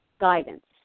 guidance